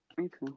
Okay